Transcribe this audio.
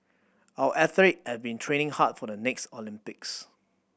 our athlete have been training hard for the next Olympics